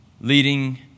leading